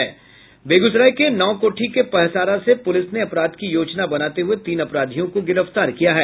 बेगूसराय के नावकोठी के पहसारा से पुलिस ने अपराध की योजना बनाते हुए तीन अपराधियों को गिरफ्तार किया है